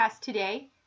today